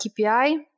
KPI